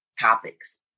topics